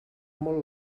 molt